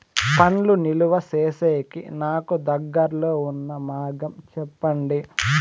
పండ్లు నిలువ సేసేకి నాకు దగ్గర్లో ఉన్న మార్గం చెప్పండి?